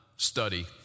study